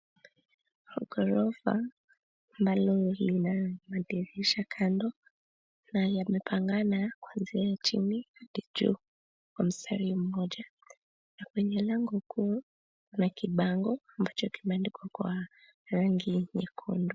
Ghorofa ambalo lina madirisha kando na yamepangana kuanzia chini hadi juu kwa mstari mmoja na kwenye lango kuu kuna kibango ambacho kimeandikwa kwa rangi nyekundu.